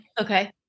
Okay